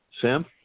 Sam